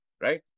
Right